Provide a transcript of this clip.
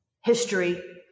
history